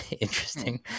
interesting